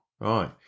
right